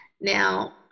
now